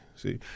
See